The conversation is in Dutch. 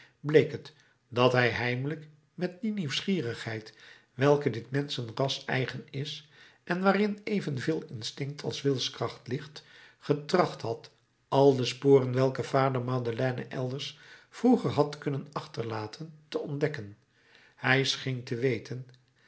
bleek het dat hij heimelijk met die nieuwsgierigheid welke dit menschenras eigen is en waarin evenveel instinct als wilskracht ligt getracht had al de sporen welke vader madeleine elders vroeger had kunnen achterlaten te ontdekken hij scheen te weten